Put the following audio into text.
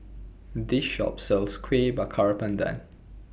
This Shop sells Kueh Bakar Pandan